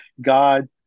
God